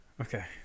Okay